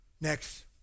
Next